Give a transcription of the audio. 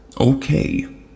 Okay